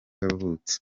yavutse